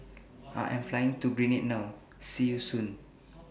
I Am Flying to Grenada now See YOU Soon